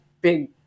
big